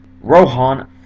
Rohan